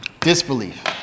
Disbelief